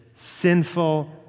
sinful